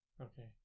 Okay